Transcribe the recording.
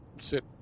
sit